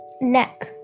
neck